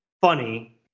funny